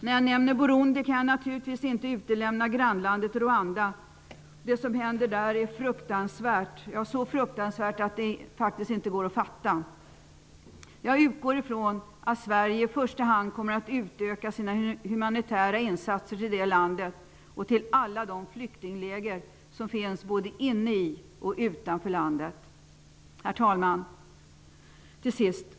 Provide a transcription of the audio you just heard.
När jag nämner Burundi kan jag naturligtvis inte utelämna grannlandet Rwanda. Det som händer där är så fruktansvärt att det inte går att fatta. Jag utgår ifrån att Sverige i första hand kommer att utöka sina humanitära insatser till det landet och till alla de flyktingläger som finns både inne i och utanför landet. Herr talman!